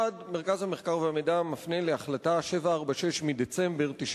1. מרכז המחקר והמידע מפנה להחלטה 746 של הממשלה מדצמבר 1999,